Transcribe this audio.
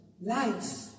Life